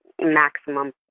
maximum